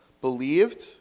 believed